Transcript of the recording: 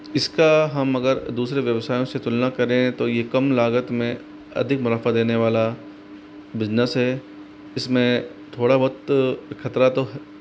इसका हम अगर दूसरे व्यवसायों से तुलना करें तो ये कम लागत में अधिक मुनाफ़ा देने वाला बिज़नेस है इसमें थोड़ा बहुत खतरा तो है